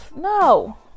No